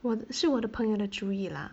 我是我的朋友的主意 lah